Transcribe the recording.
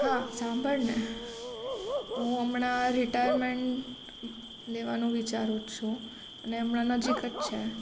હા સાંભળ ને હું હમણાં રિટાયરમેન્ટ લેવાનું વિચારું જ છું અને હમણાં નજીક જ છે